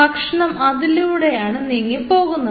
ഭക്ഷണം അതിലൂടെയാണ് നീങ്ങി പോകുന്നത്